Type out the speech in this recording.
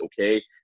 okay